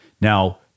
Now